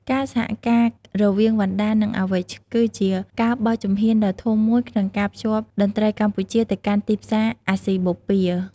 ការសហការរវាងវណ្ណដា និង Awich គឺជាការបោះជំហានដ៏ធំមួយក្នុងការភ្ជាប់តន្ត្រីកម្ពុជាទៅកាន់ទីផ្សារអាស៊ីបូព៌ា។